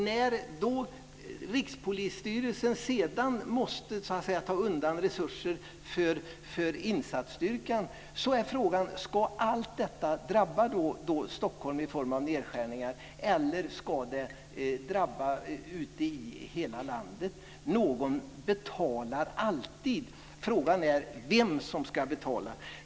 När Rikspolisstyrelsen sedan måste avsätta resurser för insatsstyrkan är frågan: Ska detta drabba Stockholm i form av nedskärningar eller ska det drabba hela landet? Någon får alltid betala. Frågan är vem som ska betala.